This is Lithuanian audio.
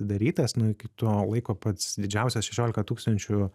darytas nu iki to laiko pats didžiausias šešiolika tūkstančių